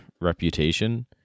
reputation